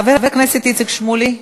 חבר הכנסת איציק שמולי.